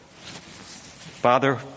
Father